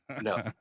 No